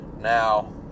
Now